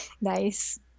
Nice